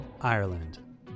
Ireland